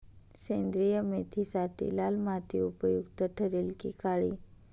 सेंद्रिय मेथीसाठी लाल माती उपयुक्त ठरेल कि काळी?